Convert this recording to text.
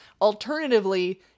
alternatively